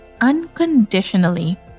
unconditionally